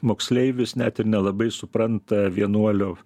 moksleivis net ir nelabai supranta vienuolio